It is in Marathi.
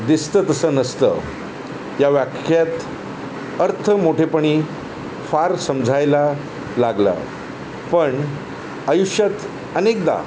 दिसतं तसं नसतं या वाक्यात अर्थ मोठेपणी फार समजायला लागला पण आयुष्यात अनेकदा